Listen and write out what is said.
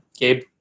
gabe